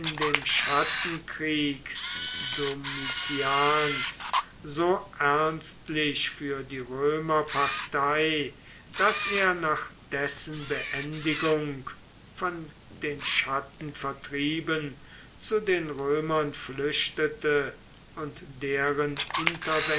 dem chattenkrieg domitians so ernstlich für die römer partei daß er nach dessen beendigung von den chatten vertrieben zu den römern flüchtete und deren